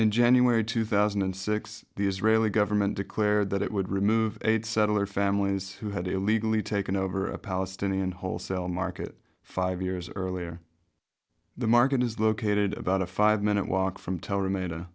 in january two thousand and six the israeli government declared that it would remove eight settler families who had illegally taken over a palestinian wholesale market five years earlier the market is located about a five minute walk from tel r